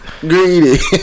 Greedy